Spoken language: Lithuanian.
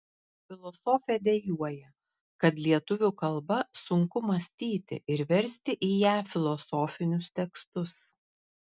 filosofė dejuoja kad lietuvių kalba sunku mąstyti ir versti į ją filosofinius tekstus